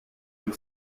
the